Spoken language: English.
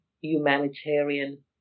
humanitarian